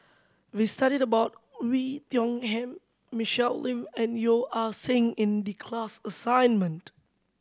we studied about Oei Tiong Ham Michelle Lim and Yeo Ah Seng in the class assignment